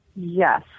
Yes